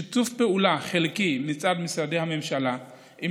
שיתוף פעולה חלקי מצד משרדי הממשלה עם